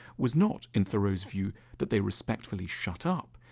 was not in thoreau's view that they respectfully shut up,